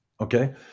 Okay